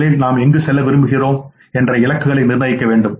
முதலில் நாம் எங்கு செல்ல விரும்புகிறோம் என்ற இலக்குகளை நிர்ணயிக்க வேண்டும்